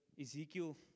Ezekiel